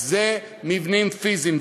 מבנים פיזיים.